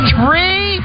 Three